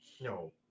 No